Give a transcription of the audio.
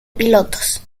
pilotos